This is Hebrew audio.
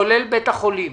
כולל בית החולים,